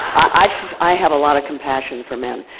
i i have a lot of compassion for men,